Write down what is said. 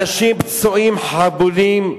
אנשים פצועים, חבולים,